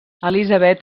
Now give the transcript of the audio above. elizabeth